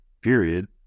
Period